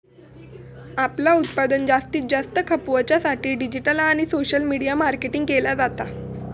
आपला उत्पादन जास्तीत जास्त खपवच्या साठी डिजिटल आणि सोशल मीडिया मार्केटिंग केला जाता